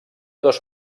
dos